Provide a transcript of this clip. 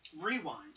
rewind